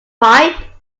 pipe